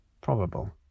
probable